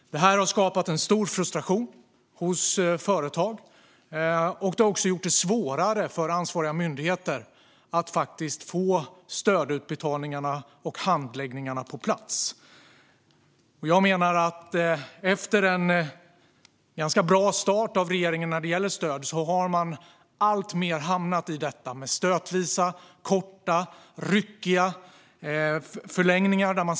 Detta har skapat stor frustration hos företag, och det har också gjort det svårare för ansvariga myndigheter att få stödutbetalningarna och handläggningen på plats. Efter att regeringen fick en ganska bra start vad gäller stöd har man alltmer övergått till stötvisa, korta och ryckiga förlängningar.